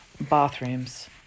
bathrooms